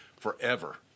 forever